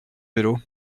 vélo